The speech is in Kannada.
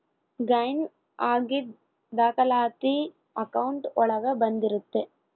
ಗೈನ್ ಆಗಿದ್ ದಾಖಲಾತಿ ಅಕೌಂಟ್ ಒಳಗ ಬಂದಿರುತ್ತೆ